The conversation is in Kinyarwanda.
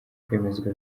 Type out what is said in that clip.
kwemezwa